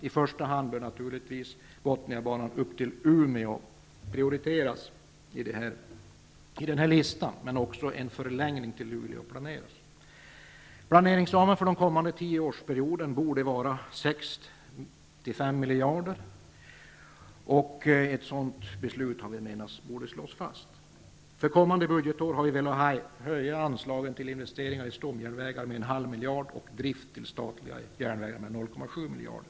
I första hand bör naturligtvis Bothniabanan upp till Umeå prioriteras, men också en förlängning till Planeringsramen för den kommande tioårsperioden borde vara 65 miljarder, och ett sådant beslut borde slås fast. För kommande budgetår har vi velat höja anslagen till investeringar i stomjärnvägar med 0,5 miljarder och till drift av statliga järnvägar med 0,7 miljarder.